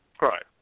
Right